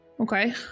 Okay